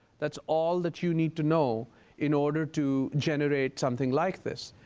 that's all that you need to know in order to generate something like this.